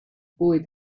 boy